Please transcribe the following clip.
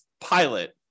pilot